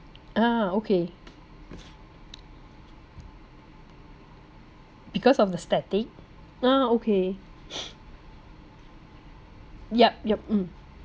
ah okay because of the static ah okay yup yup mm